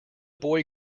boy